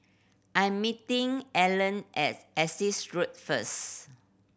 I am meeting Allen as Essex Road first